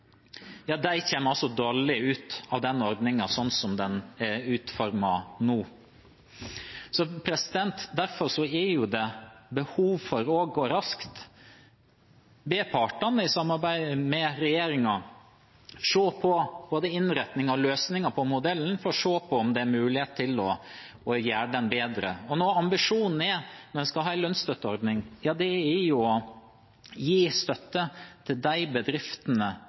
dårlig ut av denne ordningen sånn som den er utformet nå. Derfor er det behov for raskt å be partene i samarbeid med regjeringen se på både innretningen og løsningen på modellen for å se om det er mulig å gjøre den bedre. Når ambisjonen når en skal ha en lønnsstøtteordning, er å gi støtte til de bedriftene